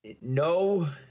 No